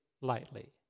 lightly